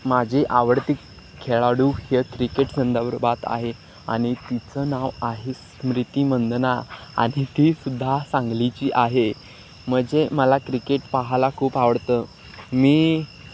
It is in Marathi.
माझी आवडती खेळाडू हे क्रिकेट संदर्भात आहे आणि तिचं नाव आहे स्मृती मंदना आणि ती सुद्धा सांगलीची आहे म्हणजे मला क्रिकेट पाहायला खूप आवडतं मी